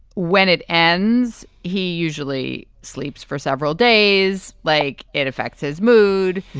when it ends, he usually sleeps for several days. like, it affects his mood.